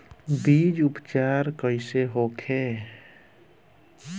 बीज उपचार कइसे होखे?